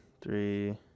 Three